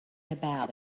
about